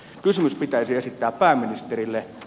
kysymys pitäisi esittää pääministerille